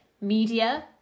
media